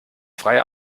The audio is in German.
freie